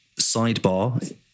Sidebar